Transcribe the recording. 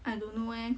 I don't know eh